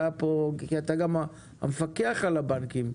אתה גם המפקח על הבנקים,